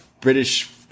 British